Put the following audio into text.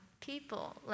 people